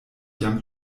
jam